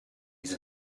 with